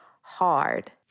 hard